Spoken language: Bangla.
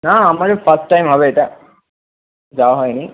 না আমারও ফার্স্ট টাইম হবে এটা যাওয়া হয় নি